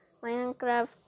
Minecraft